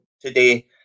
today